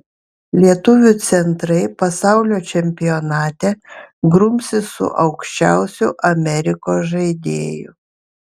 lietuvių centrai pasaulio čempionate grumsis su aukščiausiu amerikos žaidėju